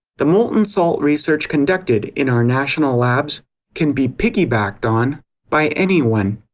the molten salt research conducted in our national labs can be piggybacked on by anyone.